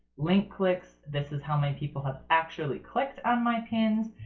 link clicks this is how many people have actually clicked on my pins,